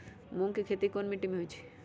मूँग के खेती कौन मीटी मे होईछ?